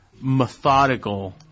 methodical